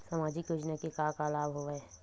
सामाजिक योजना के का का लाभ हवय?